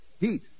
Heat